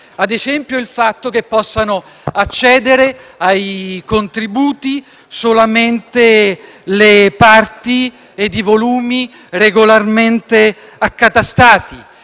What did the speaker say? ad esempio il fatto che possano accedere ai contributi solamente i volumi regolarmente accatastati.